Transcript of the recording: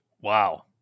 Wow